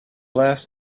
last